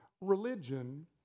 religion